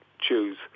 choose